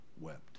wept